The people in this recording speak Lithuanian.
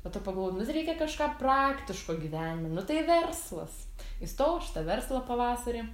po to pagalvojau nu tai reikia kažką praktiško įgyvenime nu tai verslas įstojau aš į tą verslą pavasarį